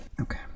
Okay